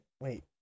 Wait